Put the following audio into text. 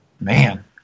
man